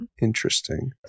Interesting